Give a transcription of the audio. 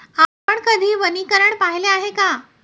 आपण कधी वनीकरण पाहिले आहे का?